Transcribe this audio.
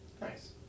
Nice